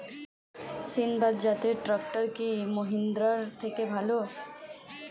সিণবাদ জাতের ট্রাকটার কি মহিন্দ্রার থেকে ভালো?